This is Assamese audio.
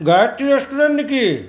গায়ত্ৰী ৰেষ্টুৰেণ্ট নেকি